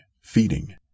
feeding